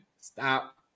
Stop